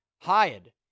hired